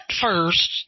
first